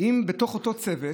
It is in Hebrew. בתוך אותו צוות,